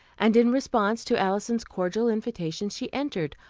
and in response to alison's cordial invitation, she entered,